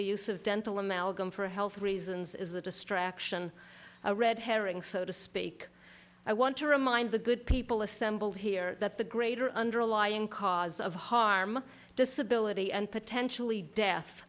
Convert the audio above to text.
the use of dental amalgam for health reasons is a distraction a red herring so to speak i want to remind the good people assembled here that the greater underlying cause of harm disability and potentially death